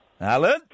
Alan